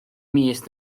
mis